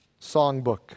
songbook